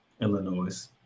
Illinois